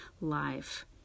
life